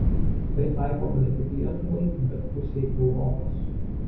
tai taikoma ne tik lietuvai bet pusei europos